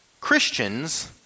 Christians